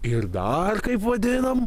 ir dar kaip vadinam